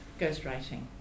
ghostwriting